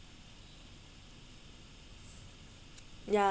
ya